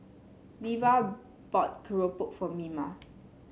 Levar bought keropok for Mima